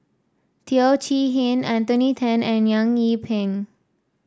Teo Chee Hean Anthony Then and Eng Yee Peng